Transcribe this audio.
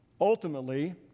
Ultimately